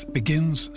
begins